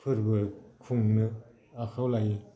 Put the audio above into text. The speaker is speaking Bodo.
फोरबो खुंनो आखाइआव लायो